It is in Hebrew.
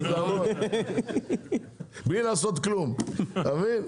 20%. בלי לעשות כלום, אתה מבין?